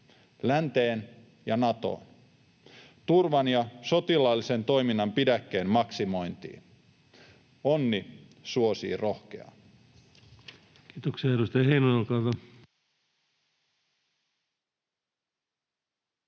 länteen ja Natoon, turvan ja sotilaallisen toiminnan pidäkkeen maksimointiin. Onni suosii rohkeaa. Kiitoksia. — Edustaja Heinonen,